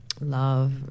love